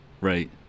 Right